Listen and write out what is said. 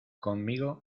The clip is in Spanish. conmigo